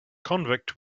convict